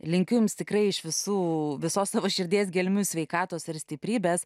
linkiu jums tikrai iš visų visos savo širdies gelmių sveikatos ir stiprybės